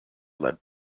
led